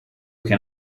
can